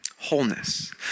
Wholeness